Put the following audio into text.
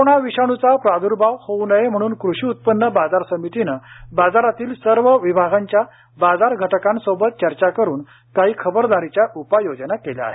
corona विषाणूचा प्रादुर्भाव होऊ नये म्हणून कृषी उत्पन्न बाजार समितीने बाजारातील सर्व विभागाच्या बाजार घटकांसोबत चर्चा करून काही खबरदारीच्या उपाययोजना केल्या आहेत